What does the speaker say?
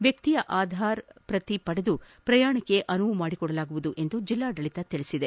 ವ್ಯಕ್ತಿಯ ಆಧಾರ್ ಪ್ರತಿ ಪಡೆದು ಪ್ರಯಾಣಕ್ಕೆ ಅನುವು ಮಾಡಿಕೊಡಲಾಗುವುದು ಎಂದು ಜಿಲ್ಲಾಡಳಿತ ತಿಳಿಸಿದೆ